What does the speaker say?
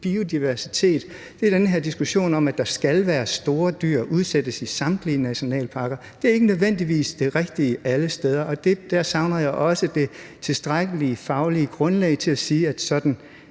biodiversitet. Det er den her diskussion om, at det skal være store dyr, som udsættes i samtlige naturnationalparker. Det er ikke nødvendigvis det rigtige alle steder, og der savner jeg også det tilstrækkeligt faglige grundlag i forhold til at sige, at sådan